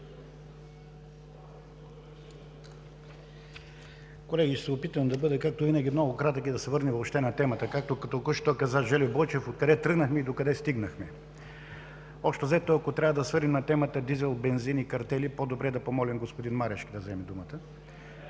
Колеги, ще се опитам да бъда както винаги много кратък и да се върнем въобще на темата. Както току-що каза Жельо Бойчев – откъде тръгнахме и докъде стигнахме. Общо взето, ако трябва да се върнем на темата дизел –бензин и картели по-добре да помолим господин Марешки да вземе думата.